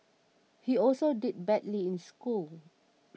he also did badly in school